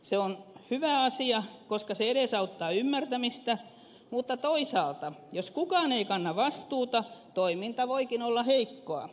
se on hyvä asia koska se edesauttaa ymmärtämistä mutta toisaalta jos kukaan ei kanna vastuuta toiminta voikin olla heikkoa